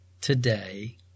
today